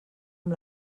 amb